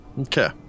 Okay